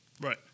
Right